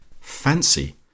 Fancy